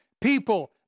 people